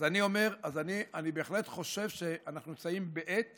אז אני אומר, אני בהחלט חושב שאנחנו נמצאים בעת